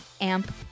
Amp